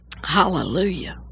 Hallelujah